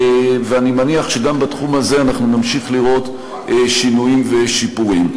אני מניח שגם בתחום הזה אנחנו נמשיך לראות שינויים ושיפורים.